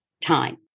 time